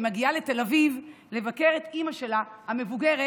מגיעה לתל אביב לבקר את אימא שלה המבוגרת